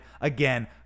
Again